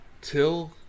Till